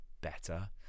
better